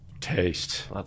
taste